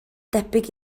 debyg